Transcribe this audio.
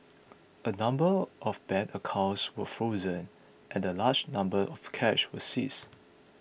a number of bank accounts were frozen and a large number of cash was seized